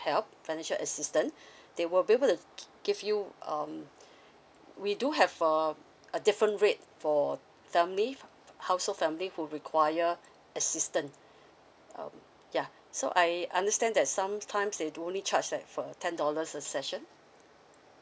help financial assistance they will be able to give you um we do have um a different rate for family household family who require assistant um yeah so I understand that sometimes they do need charge like for ten dollars a session